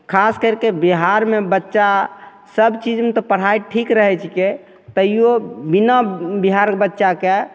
खास करिके बिहारमे बच्चा सबचीजमे तऽ पढ़ाइ ठीक रहै छिकै तैओ बिना बिहारके बच्चाके